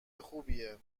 خوبیه